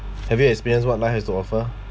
have you experienced what life has to offer